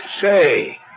Say